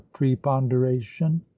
preponderation